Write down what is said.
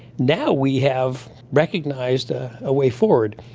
now we have recognised a ah way forward.